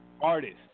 artist